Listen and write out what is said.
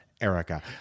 Erica